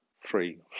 three